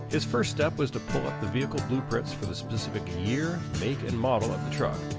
his frist step was to pull up the vehicle blueprints for the specific year, make and model of the truck.